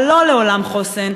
אבל לא לעולם חוסן,